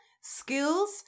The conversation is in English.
skills